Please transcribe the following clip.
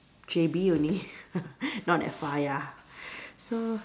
J_B only not that far ya so